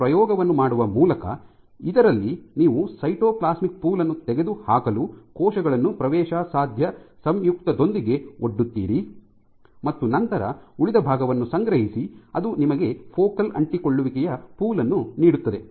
ಒಂದು ಪ್ರಯೋಗವನ್ನು ಮಾಡುವ ಮೂಲಕ ಇದರಲ್ಲಿ ನೀವು ಸೈಟೋಪ್ಲಾಸ್ಮಿಕ್ ಪೂಲ್ ಅನ್ನು ತೆಗೆದುಹಾಕಲು ಕೋಶಗಳನ್ನು ಪ್ರವೇಶಸಾಧ್ಯ ಸಂಯುಕ್ತದೊಂದಿಗೆ ಒಡ್ಡುತ್ತೀರಿ ಮತ್ತು ನಂತರ ಉಳಿದ ಭಾಗವನ್ನು ಸಂಗ್ರಹಿಸಿ ಅದು ನಿಮಗೆ ಫೋಕಲ್ ಅಂಟಿಕೊಳ್ಳುವಿಕೆಯ ಪೂಲ್ ಅನ್ನು ನೀಡುತ್ತದೆ